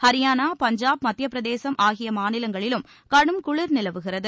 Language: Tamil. ஹரியானா பஞ்சாப் மத்தியப்பிரதேசம் ஆகிய மாநிலங்களிலும் கடும் குளிர் நிலவுகிறது